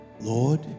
Lord